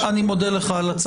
תודה.